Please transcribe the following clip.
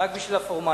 רק בשביל הפורמליות.